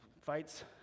fights